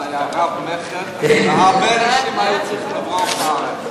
זה היה רב-מכר והרבה אנשים היו צריכים לברוח מהארץ.